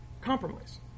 compromise